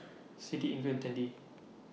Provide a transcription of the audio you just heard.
Siddie Ingrid and Tandy